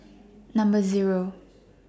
Number Zero